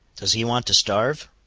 does he want to starve?